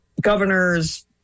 governors